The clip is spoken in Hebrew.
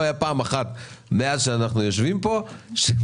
לא הייתה פעם אחת מאז שאנחנו יושבים שבליאק